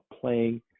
playing